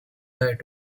died